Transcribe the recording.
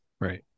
right